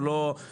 דממה באולם.